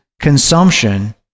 consumption